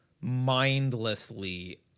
mindlessly